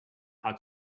how